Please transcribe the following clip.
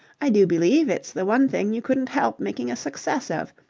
i do believe it's the one thing you couldn't help making a success of.